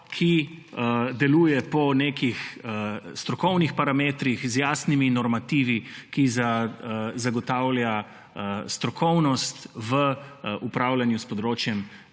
ki deluje po nekih strokovnih parametrih, z jasnimi normativi, ki zagotavlja strokovnost v upravljanju s področjem